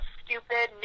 stupid